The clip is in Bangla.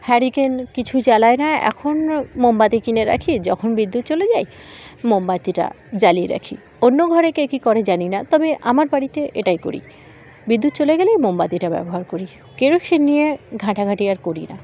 হ্যারিকেন কিছু চালায় না এখন মোমবাতি কিনে রাখি যখন বিদ্যুৎ চলে যাই মোমবাতিটা জ্বালিয়ে রাখি অন্য ঘরে কে কী করে জানি না তবে আমার বাড়িতে এটাই করি বিদ্যুৎ চলে গেলেই মোমবাতিটা ব্যবহার করি কেউক সে নিয়ে ঘাঁটাঘাঁটি আর করি না